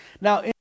Now